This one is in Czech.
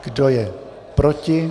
Kdo je proti?